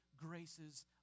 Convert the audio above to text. graces